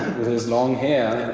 with his long hair,